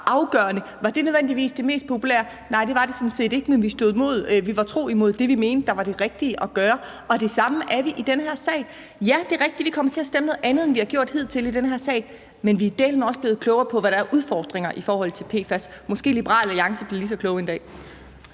afgørende. Var det nødvendigvis det mest populære? Nej, det var det sådan set ikke, men vi var tro imod det, vi mente var det rigtige at gøre, og det samme er vi i den her sag. Ja, det er rigtigt, at vi kommer til at stemme noget andet, end vi har gjort hidtil i den her sag, men vi er dæleme også blevet klogere på, hvad der er af udfordringer i forhold til PFAS. Måske Liberal Alliance bliver lige så kloge en dag.